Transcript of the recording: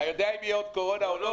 אתה יודע אם תהיה עוד קורונה או לא?